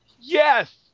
Yes